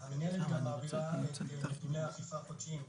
המינהלת גם מעבירה את נתוני האכיפה החודשיים,